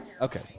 Okay